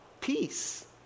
peace